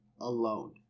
alone